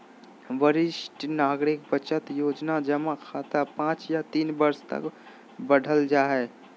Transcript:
वरिष्ठ नागरिक बचत योजना जमा खाता पांच या तीन वर्ष तक बढ़ल जा हइ